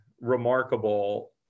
remarkable